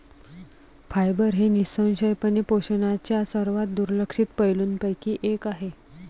fibre हे निःसंशयपणे पोषणाच्या सर्वात दुर्लक्षित पैलूंपैकी एक आहे